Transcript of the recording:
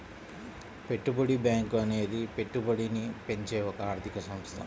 పెట్టుబడి బ్యాంకు అనేది పెట్టుబడిని పెంచే ఒక ఆర్థిక సంస్థ